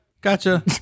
Gotcha